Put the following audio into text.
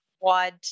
wide